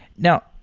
now,